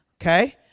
okay